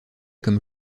comme